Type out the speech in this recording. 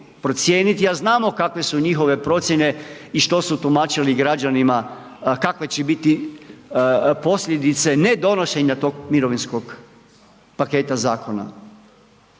a znamo kakve su njihove procijene i što su tumačili građanima kakve će biti posljedice ne donošenja tog mirovinskog paketa zakona.